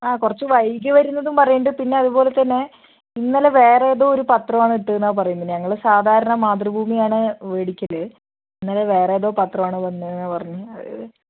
ആ കുറച്ച് വൈകി വരുന്നതും പറയുന്നുണ്ട് പിന്നെ അതുപോലെ തന്നെ ഇന്നലെ വേറെ ഏതോ ഒരു പത്രം ആണ് ഇട്ടതെന്നാണ് പറയണത് ഞങ്ങള് സാധാരണ മാതൃഭൂമിയാണ് മേടിക്കൽ ഇന്നലെ വേറെ ഏതോ പത്രമാണ് വന്നതെന്നാണ് പറഞ്ഞത്